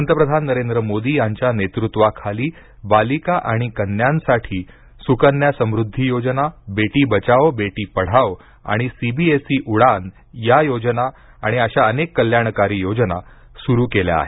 पंतप्रधान नरेंद्र मोदी यांच्या नेतृत्वाखाली बालिका आणि कन्यांसाठी सुकन्या समृद्धी योजना बेटी बचाओ बेटी पढाओ आणि C B S E Udaan योजना अशा अनेक कल्याणकारी योजना सुरु केल्या आहेत